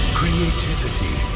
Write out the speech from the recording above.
creativity